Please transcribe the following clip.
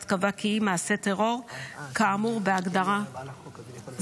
קבע כי היא מעשה טרור כאמור בהגדרה זו.